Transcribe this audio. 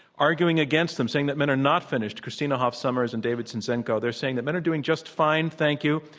arguing against them, saying that men are not finished, christina hoff sommers and david zinczenko. they're saying that men are doing just fine, thank you,